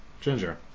Ginger